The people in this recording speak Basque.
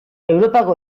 europako